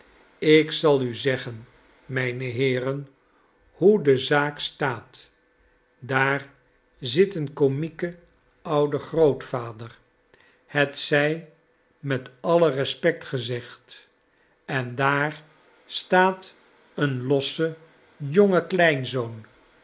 ik zal u zeggen m'y'ne heeren hoe de zaak staat daar zit een komieke oude grootvader het zij met alien respect gezegd en daar staat een lossejonge kleinzoon